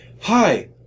hi